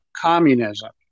communism